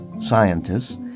scientists